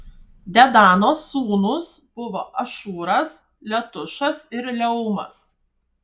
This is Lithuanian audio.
dedano sūnūs buvo ašūras letušas ir leumas